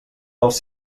dels